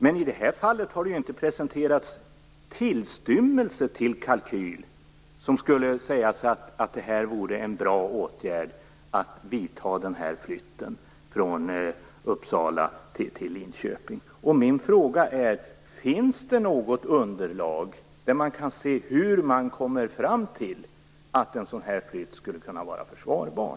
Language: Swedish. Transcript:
Men i det här fallet har ju inte presenterats tillstymmelse till kalkyl som säger att den här flytten från Uppsala till Linköping vore en bra åtgärd att vidta. Min fråga gäller också om det finns något underlag där man kan se hur man kommer fram till att en sådan här flytt skulle kunna vara försvarbar.